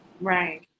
Right